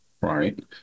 right